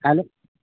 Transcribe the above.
কাইলৈ